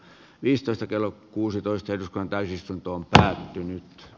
viisitoista kello kuusitoista koskaan täysistuntoon päätynyt